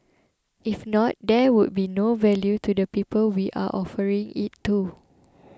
if not there would be no value to the people we are offering it to